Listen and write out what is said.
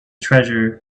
treasure